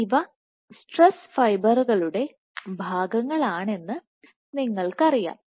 ഇവ സ്ട്രെസ് ഫൈബറുകളുടെ ഭാഗങ്ങളാണെന്ന് നിങ്ങൾക്കറിയാം